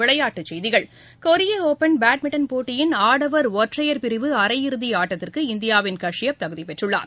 விளையாட்டுச் செய்திகள் கொரிய ஒபன் பேட்மிண்டன் போட்டியின் ஆடவர் ஒற்றையர் பிரிவு அரையிறுதி ஆட்டத்திற்கு இந்தியாவின் காஷியப் தகுதி பெற்றுள்ளார்